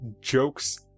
jokes